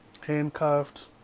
Handcuffed